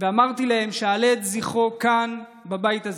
ואמרתי להם שאעלה את זכרו כאן, בבית הזה.